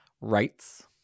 Rights